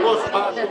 התשע"ט-2018,